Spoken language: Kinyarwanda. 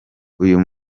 uyu